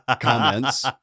comments